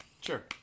Sure